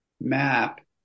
map